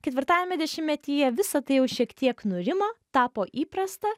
ketvirtajame dešimtmetyje visa tai jau šiek tiek nurimo tapo įprasta